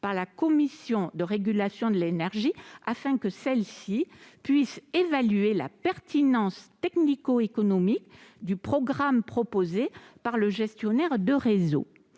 par la Commission de régulation de l'énergie, afin que cette dernière puisse évaluer la pertinence technico-économique du programme proposé par le gestionnaire de réseau.